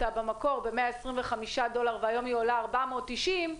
אותה במקור ב-125 דולר והיום היא עולה 490,